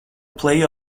play